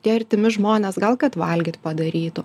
tie artimi žmonės gal kad valgyt padarytų